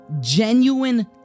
genuine